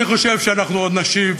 אני חושב שאנחנו עוד נשיב